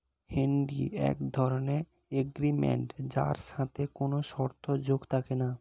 হুন্ডি এক ধরণের এগ্রিমেন্ট যার সাথে কোনো শর্ত যোগ থাকে না